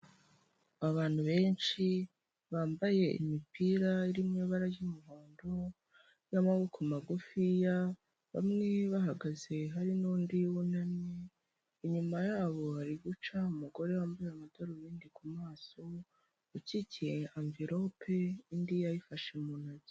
Abantu benshi, bamabeye imipira iri mu ibara ry'umuhondo, y'amaboko magufiya, bamwe bahagaze, hari n'undi wunamye, inyuma yabo hari guca umugore wambaye amadarubindi ku maso, ukikiye amvilope, indi ayifashe mu ntoki.